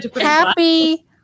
happy